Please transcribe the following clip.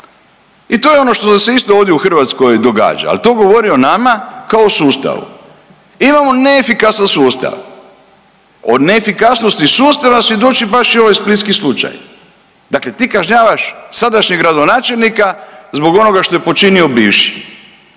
I to je ono što se isto ovdje u Hrvatskoj događa, al to govori o nama kao sustavu. Imamo neefikasan sustav, o neefikasnosti sustava svjedoči baš i ovaj splitski slučaj, dakle ti kažnjavaš sadašnjeg gradonačelnika zbog onoga što je počinio bivši.